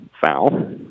foul